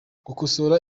gukosora